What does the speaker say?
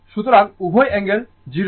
সুতরাং উভয় অ্যাঙ্গেল 0